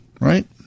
right